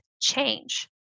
change